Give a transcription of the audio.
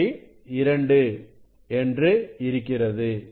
2 என்று இருக்கிறது